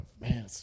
Man